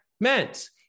meant